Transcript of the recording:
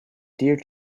dear